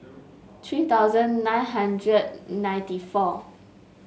three thousand nine hundred ninety four